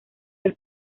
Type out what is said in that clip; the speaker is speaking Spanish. del